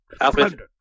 Alfred